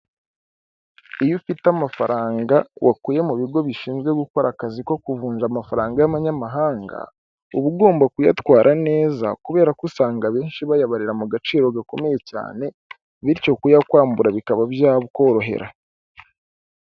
Iyo ufite amafaranga wakuye mu bigo bishinzwe gukora akazi ko kuvunja amafaranga y'abanyamahanga uba ugomba kuyatwara neza kubera ko usanga abenshi bayabarira mu gaciro gakomeye cyane bityo kuyakwambura bikaba byakorohera.